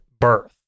birth